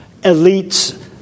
elites